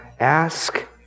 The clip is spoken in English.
Ask